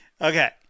Okay